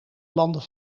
landen